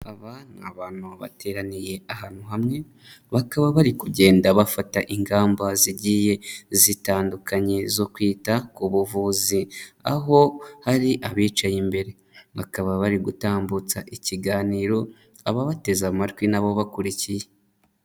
Aba ni abantu bateraniye ahantu hamwe, bakaba bari kugenda bafata ingamba zigiye zitandukanye zo kwita ku buvuzi. Aho hari abicaye imbere. Bakaba bari gutambutsa ikiganiro, ababateze amatwi na bo bakurikiye.